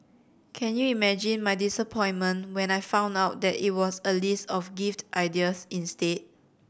can you imagine my disappointment when I found out that it was a list of gift ideas instead